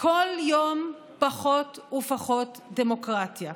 כל יום פחות ופחות דמוקרטיה.